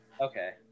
Okay